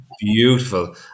beautiful